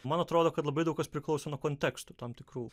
man atrodo kad labai daug kas priklauso nuo kontekstų tam tikrų